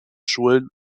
schulen